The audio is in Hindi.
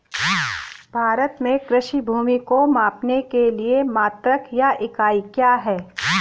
भारत में कृषि भूमि को मापने के लिए मात्रक या इकाई क्या है?